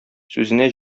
сүзенә